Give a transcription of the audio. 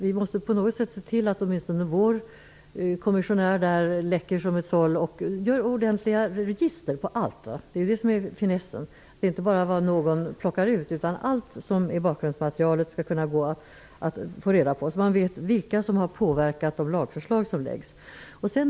Vi måste se till att vår kommissionär läcker som ett såll och gör ordentliga register över allt. Det är finessen. Det skall gå att få tillgång till allt bakgrundmaterial och inte bara till vad någon plockar ut, så att man vet vilka som har påverkat de lagförslag som läggs fram.